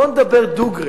בואו נדבר דוגרי.